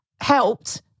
helped